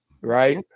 right